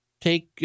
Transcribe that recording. take